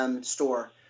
store